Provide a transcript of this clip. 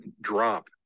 drop